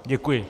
Děkuji.